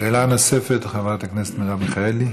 שאלה נוספת, חברת הכנסת מיכאלי.